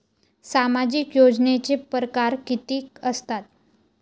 सामाजिक योजनेचे परकार कितीक असतात?